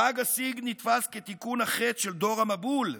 חג הסגד נתפס כתיקון החטא של דור המבול,